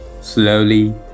Slowly